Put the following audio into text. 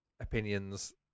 opinions